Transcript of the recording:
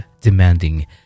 demanding